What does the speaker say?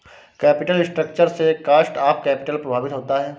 capital structure से cost of capital प्रभावित होता है